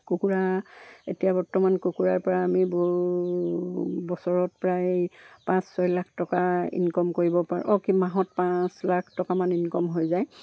কুকুৰা এতিয়া বৰ্তমান কুকুৰাৰ পৰা আমি ব বছৰত প্ৰায় পাঁচ ছয় লাখ টকা ইনকাম কৰিব পাৰোঁ অ' কি মাহত পাঁচ লাখ টকামান ইনকাম হৈ যায়